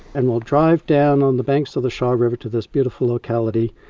and we'll drive down on the banks of the shaw river to this beautiful locality,